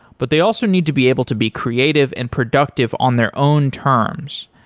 but they also need to be able to be creative and productive on their own terms.